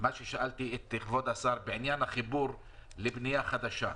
מה ששאלתי את כבוד השר בעניין החיבור לבנייה חדשה.